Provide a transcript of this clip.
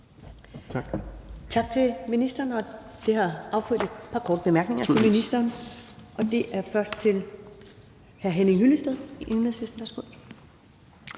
Tak til ministeren. Det har affødt et par korte bemærkninger til ministeren. Det er først til hr. Henning Hyllested,